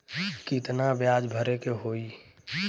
कितना ब्याज भरे के होई?